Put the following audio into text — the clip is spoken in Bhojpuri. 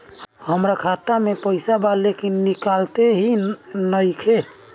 हमार खाता मे पईसा बा लेकिन निकालते ही नईखे?